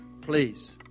Please